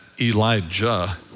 Elijah